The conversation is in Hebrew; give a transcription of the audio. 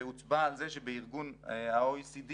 והוצבע על זה שבארגון ה-OECD